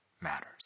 matters